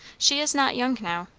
she is not young now.